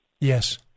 Yes